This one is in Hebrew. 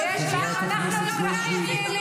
השר אמר שהם נכס, והראש שלח מזוודות.